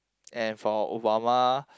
and for Obama